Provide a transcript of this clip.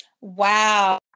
Wow